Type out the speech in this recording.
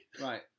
Right